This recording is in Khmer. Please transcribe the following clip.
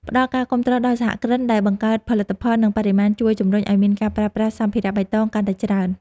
ផ្ដល់ការគាំទ្រដល់សហគ្រិនដែលបង្កើតផលិតផល នឹងបរិស្ថានជួយជំរុញឱ្យមានការប្រើប្រាស់សម្ភារបៃតងកាន់តែច្រើន។